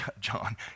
John